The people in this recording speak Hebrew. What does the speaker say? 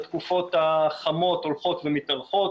התקופות החמות הולכות ומתארכות,